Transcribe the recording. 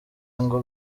ngo